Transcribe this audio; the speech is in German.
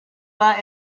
war